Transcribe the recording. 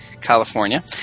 California